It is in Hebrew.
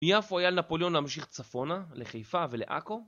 מיפו היה לנפוליאון להמשיך צפונה, לחיפה ולעכו...